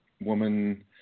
woman